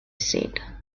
said